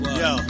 yo